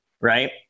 Right